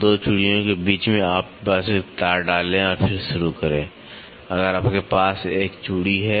2 चूड़ियां के बीच में आप बस एक तार डालें और फिर शुरू करें अगर आपके पास एक चूड़ी है